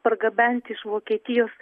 pargabenti iš vokietijos